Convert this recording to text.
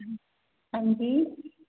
ਹਾਂਜੀ